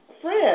friend